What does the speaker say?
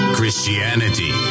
Christianity